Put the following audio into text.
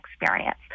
experience